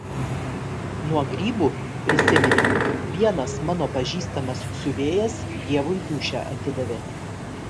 nuo grybų prisiminiau vienas mano pažįstamas siuvėjas dievui dūšią atidavė